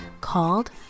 Called